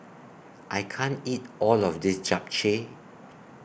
I can't eat All of This Japchae